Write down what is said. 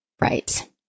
Right